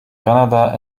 canada